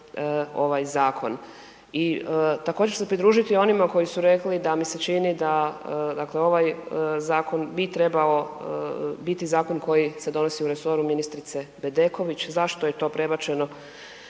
ovaj zakon. I također ću se pridružiti onima koji su rekli da mi se čini da, dakle ovaj zakon bi trebao biti zakon koji se donosi u resoru ministrice Bedeković. Zašto je to prebačeno